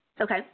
Okay